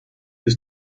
ist